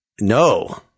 No